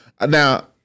Now